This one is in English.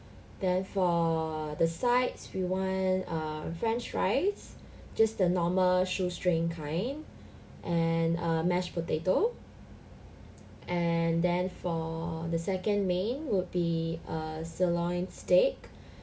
then for the sides we want err french fries just the normal shoestring kind and err mashed potato and then for the second main would be err sirloin steak